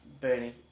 Bernie